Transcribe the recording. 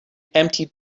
empty